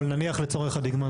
אבל נניח לצורך הדוגמה,